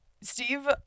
Steve